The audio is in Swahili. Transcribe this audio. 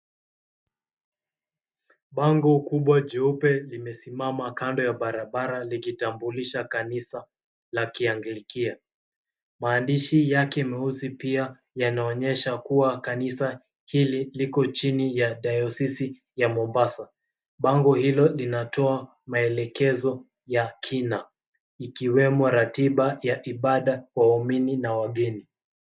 Bango kubwa jeupe limesimama kando ya barabara likitambulisha Kanisa la Kianglikia. Maandishi yake meusi pia yanaonyesha kuwa kanisa hili liko chini ya Dayosisi ya Mombasa. Bango hilo linatoa maelekezo ya kina, ikiwemo ratiba ya ibada kwa waumini na wageni.